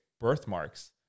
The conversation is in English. birthmarks